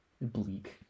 bleak